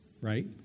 right